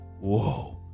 whoa